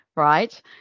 Right